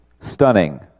Stunning